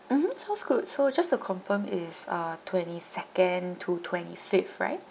mmhmm sounds good so just to confirm is uh twenty second to twenty fifth right